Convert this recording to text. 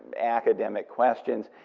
academic questions.